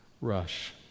Rush